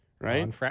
right